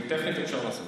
אתם תעלו.